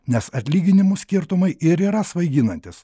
nes atlyginimų skirtumai ir yra svaiginantys